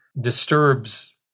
disturbs